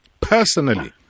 Personally